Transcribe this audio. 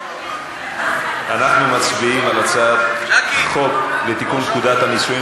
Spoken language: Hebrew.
אנחנו מצביעים על הצעת חוק לתיקון פקודת הנישואין